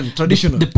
traditional